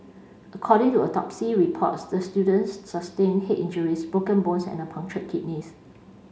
according to autopsy reports the student sustained head injuries broken bones and a punctured kidneys